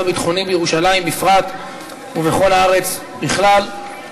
הביטחוני בירושלים בפרט ובכל הארץ בכלל,